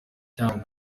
cyangugu